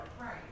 right